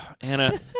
Anna